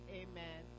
amen